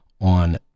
on